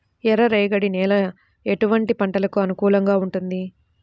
ఎర్ర రేగడి నేల ఎటువంటి పంటలకు అనుకూలంగా ఉంటుంది?